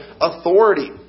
authority